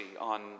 on